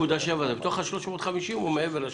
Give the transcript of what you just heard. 1.7% זה בתוך ה-350, או מעבר ל-350?